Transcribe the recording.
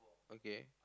okay